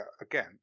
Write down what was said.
again